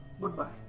Goodbye